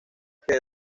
que